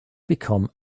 become